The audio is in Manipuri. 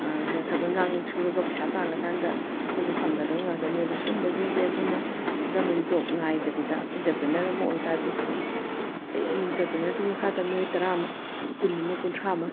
ꯊꯕꯛ ꯏꯪꯈꯥꯡ ꯁꯨꯔꯒ ꯄꯩꯁꯥ ꯇꯥꯜꯂꯀꯥꯟꯗ ꯑꯩꯈꯣꯏꯅ ꯐꯪꯒꯗꯧ ꯉꯥꯛꯇꯅꯤ ꯑꯗꯣ ꯁꯨꯝꯕꯁꯤꯡꯁꯦ ꯑꯩꯈꯣꯏꯅ ꯒꯃꯦꯟ ꯖꯣꯕ ꯉꯥꯏꯗꯕꯤꯗ ꯑꯦꯟꯇꯔꯄ꯭ꯔꯦꯅꯔ ꯑꯃ ꯑꯣꯏ ꯇꯥꯔꯗꯤ ꯑꯩ ꯏꯟꯇꯔꯄ꯭ꯔꯦꯅꯔꯗꯨꯒꯤ ꯃꯈꯥꯗ ꯃꯤꯑꯣꯏ ꯇꯔꯥ ꯑꯃ ꯀꯨꯟ ꯑꯃ ꯀꯨꯟꯊ꯭ꯔꯥ ꯑꯃ